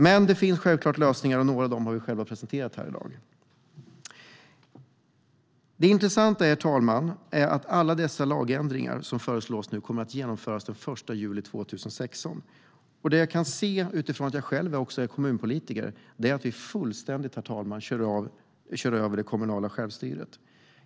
Men självklart finns det lösningar, och några av dem har vi själva presenterat här i dag. Herr talman! Det intressanta är att alla dessa lagändringar som nu föreslås kommer att genomföras den 1 juli 2016. Det jag kan se utifrån att jag själv också är kommunpolitiker är att vi fullständigt kör över det kommunala självstyret.